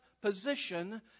position